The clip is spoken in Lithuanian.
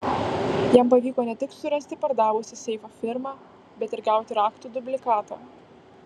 jam pavyko ne tik surasti pardavusią seifą firmą bet ir gauti raktų dublikatą